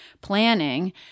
planning